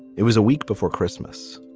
it was a week before christmas.